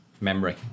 memory